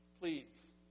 Please